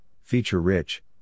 feature-rich